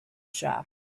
shop